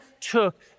took